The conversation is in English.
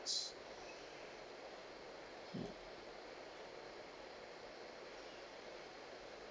us